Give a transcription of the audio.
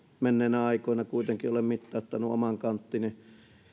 menneinä aikoina kuitenkin olen mittauttanut oman kanttini